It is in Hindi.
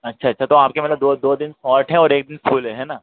अच्छा अच्छा तो आपके मतलब दो दो दिन फाॅल्ट है और एक दिन फुल है है न